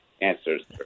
answers